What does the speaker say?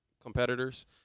competitors